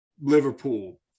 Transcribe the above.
Liverpool